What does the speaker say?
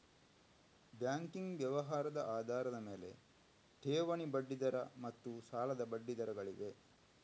banking ವ್ಯವಹಾರದ ಆಧಾರದ ಮೇಲೆ, ಠೇವಣಿ ಬಡ್ಡಿ ದರ ಮತ್ತು ಸಾಲದ ಬಡ್ಡಿ ದರಗಳಿವೆ